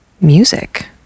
music